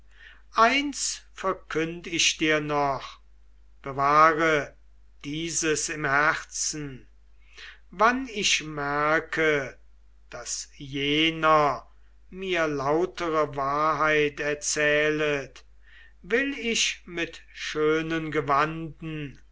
eins verkünd ich dir noch bewahre dieses im herzen wann ich merke daß jener mir lautere wahrheit erzählet will ich mit schönen gewanden